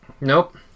Nope